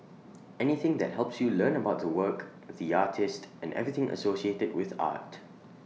anything that helps you learn about the work the artist and everything associated with art